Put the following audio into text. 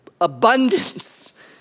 Abundance